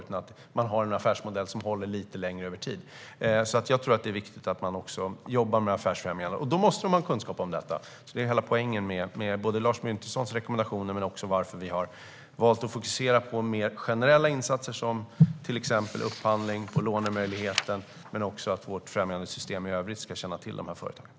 Man behöver en affärsmodell som håller lite längre över tid. Jag tror alltså att det är viktigt att man också jobbar med affärsfrämjande, och då måste man ha kunskap om detta. Det är hela poängen både med Lars Bryntessons rekommendationer, varför vi har valt att fokusera på mer generella insatser som upphandling och lånemöjligheter men också att vårt främjandesystem i övrigt ska känna till de här företagen.